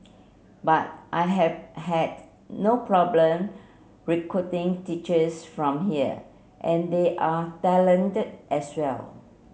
but I have had no problem recruiting teachers from here and they are talented as well